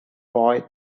boy